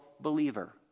believer